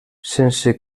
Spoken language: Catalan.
sense